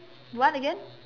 what again